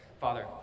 Father